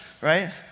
right